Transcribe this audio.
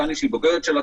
שחני היא בוגרת שלה,